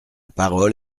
parole